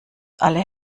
alle